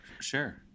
Sure